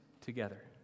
together